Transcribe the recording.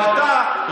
או אתה,